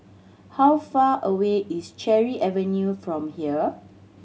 how far away is Cherry Avenue from here